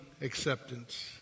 acceptance